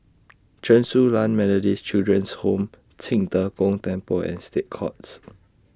Chen Su Lan Methodist Children's Home Qing De Gong Temple and State Courts